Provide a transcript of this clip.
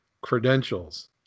credentials